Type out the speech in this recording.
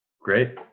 Great